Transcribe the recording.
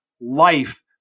life